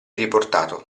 riportato